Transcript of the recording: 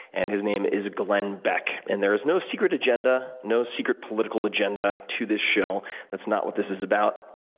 and his name is glenn beck. and there's no secret agenda, no secret political agenda to this show that's not what this is about.